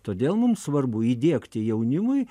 todėl mums svarbu įdiegti jaunimui